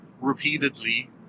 repeatedly